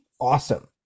awesome